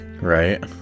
Right